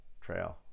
Trail